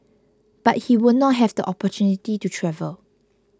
but he would not have the opportunity to travel